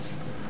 נתקבלה.